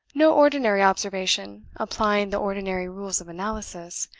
no ordinary observation, applying the ordinary rules of analysis,